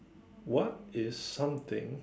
what is something